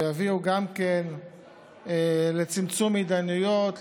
ויביאו גם כן לצמצום התדיינויות,